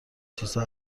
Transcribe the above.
چیزها